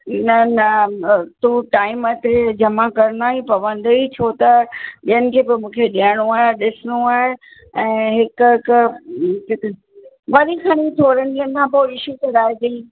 न न तूं टाइम ते जमा करिणा ई पवंदई छो त ॿियनि खे बि मूंखे ॾियणो आहे ॾिसिणो आहे ऐं हिक हिक वरी खणी थोरनि ॾींहंनि खां पोइ इशू कराएजांइसि